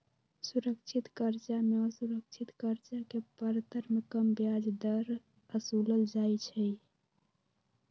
सुरक्षित करजा में असुरक्षित करजा के परतर में कम ब्याज दर असुलल जाइ छइ